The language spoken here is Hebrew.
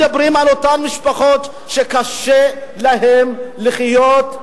אנחנו מדברים על אותן משפחות שקשה להן בעניין הדיור,